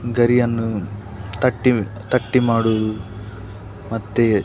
ಗರಿಯನ್ನು ತಟ್ಟಿ ತಟ್ಟಿ ಮಾಡುವುದು ಮತ್ತು